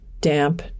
damp